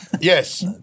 Yes